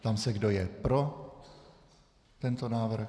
Ptám se, kdo je pro tento návrh.